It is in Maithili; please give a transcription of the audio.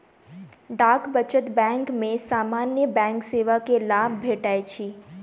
डाक बचत बैंक में सामान्य बैंक सेवा के लाभ भेटैत अछि